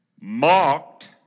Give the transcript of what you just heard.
mocked